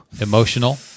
emotional